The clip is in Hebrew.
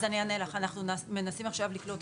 אנחנו מנסים עכשיו לקלוט.